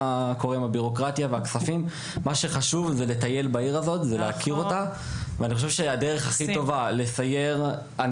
מה שחשוב לנו זה להכיר את העיר הזאת ולסייר בה.